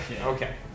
Okay